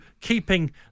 keeping